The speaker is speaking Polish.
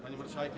Pani Marszałek!